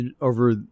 over